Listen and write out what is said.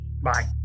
Bye